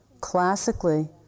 classically